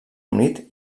unit